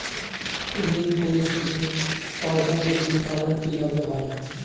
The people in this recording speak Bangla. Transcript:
ঋণ পরিশোধের পর্যায়গুলি কেমন কিভাবে হয়?